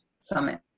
summit